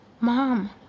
mom